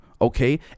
okay